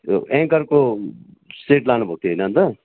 एङ्करको set लानु भएको थियो होइन अन्त